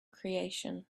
creation